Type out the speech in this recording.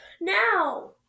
Now